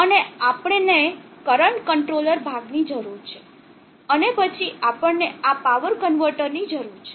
અને આપણને current controller ભાગની જરૂર છે અને પછી આપણને આ પાવર કન્વર્ટર ની જરૂર છે